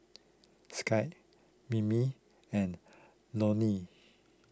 Skye Mimi and Lonie